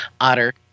otter